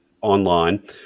online